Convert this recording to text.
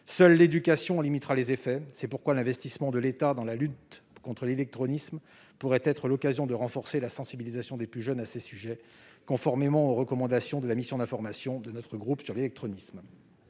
Seule l'éducation en limitera les effets. C'est pourquoi l'investissement de l'État dans la lutte contre l'illectronisme pourrait être l'occasion de renforcer la sensibilisation des plus jeunes à ces sujets, conformément aux recommandations de la mission d'information créée, à la demande